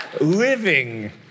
living